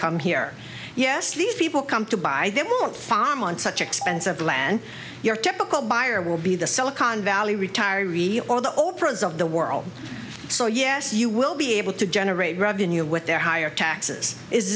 come here yes these people come to buy they won't find on such expensive land your typical buyer will be the silicon valley retiree or the old prince of the world so yes you will be able to generate revenue with their higher taxes is